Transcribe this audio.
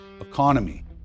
economy